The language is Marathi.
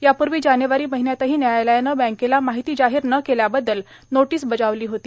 यापूर्वी जानेवारी महिन्यातही न्यायालयानं बँकेला माहिती जाहीर न केल्याबद्दल नोटीस बजावली होती